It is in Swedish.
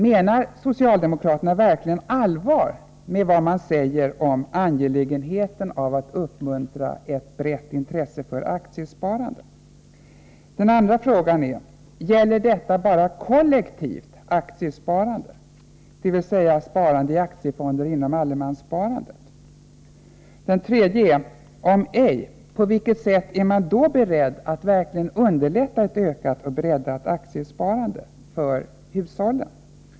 Menar socialdemokraterna verkligen allvar med vad man säger om angelägenheten av att uppmuntra ett brett intresse för aktiesparande? 3. Om ej — på vilket sätt är man då beredd att underlätta ett ökat och breddat aktiesparande för hushållen?